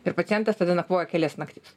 ir pacientas tada nakvoja kelias naktis